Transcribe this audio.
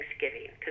Thanksgiving